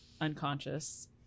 unconscious